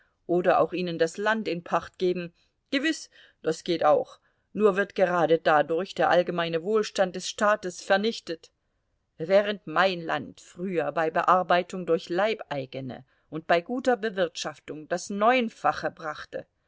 oder auch ihnen das land in pacht geben gewiß das geht auch nur wird gerade dadurch der allgemeine wohlstand des staates vernichtet während mein land früher bei bearbeitung durch leibeigene und bei guter bewirtschaftung das neunfache brachte